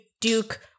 duke